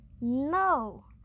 no